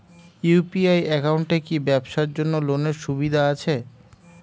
UPI একাউন্টে কি ব্যবসার জন্য লোনের সুবিধা আছে?